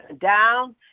down